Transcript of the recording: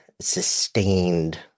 sustained